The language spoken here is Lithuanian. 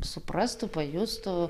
suprastų pajustų